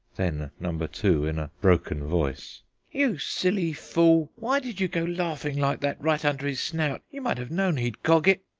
then number two, in a broken voice you silly fool, why did you go laughing like that right under his snout? you might have known he'd cog it.